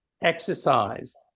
exercised